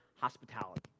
hospitality